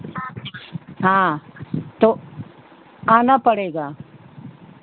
हाँ तो आप आना पड़ेगा